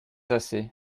assez